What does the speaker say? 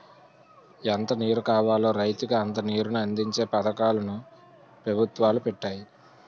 ఎంత నీరు కావాలో రైతుకి అంత నీరుని అందించే పథకాలు ను పెభుత్వాలు పెట్టాయి